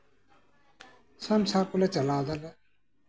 ᱥᱚᱝᱥᱟᱨ ᱠᱚᱞᱮ ᱪᱟᱞᱟᱣ ᱮᱫᱟᱞᱮ